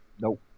Nope